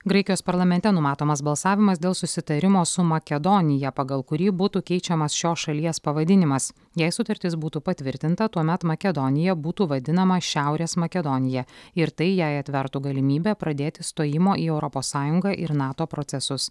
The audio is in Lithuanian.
graikijos parlamente numatomas balsavimas dėl susitarimo su makedonija pagal kurį būtų keičiamas šios šalies pavadinimas jei sutartis būtų patvirtinta tuomet makedonija būtų vadinama šiaurės makedonija ir tai jai atvertų galimybę pradėti stojimo į europos sąjungą ir nato procesus